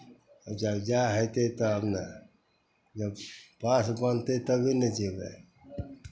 जब जा हेतै तब ने जब पास बनतै तभी ने जयबै